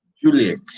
Juliet